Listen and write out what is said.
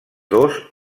dos